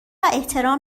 احترام